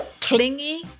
Clingy